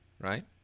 Right